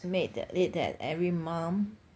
made that it that every mum